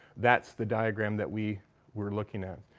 that's the diagram that we were looking at.